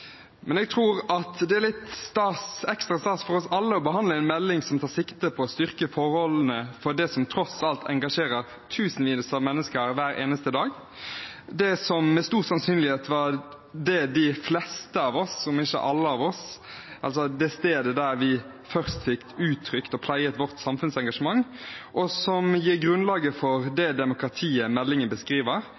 Men jeg tror at det er litt ekstra stas for oss alle å behandle en melding som tar sikte på å styrke forholdene for det som tross alt engasjerer tusenvis av mennesker hver eneste dag, det som med stor sannsynlighet var det stedet de fleste av oss – om ikke alle av oss – først fikk uttrykt og pleiet vårt samfunnsengasjement, og som gir grunnlaget for det demokratiet meldingen beskriver,